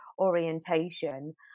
orientation